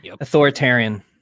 Authoritarian